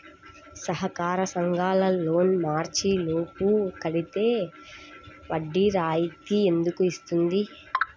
సహకార సంఘాల లోన్ మార్చి లోపు కట్టితే వడ్డీ రాయితీ ఎందుకు ఇస్తుంది?